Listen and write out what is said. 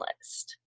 list